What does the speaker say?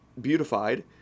beautified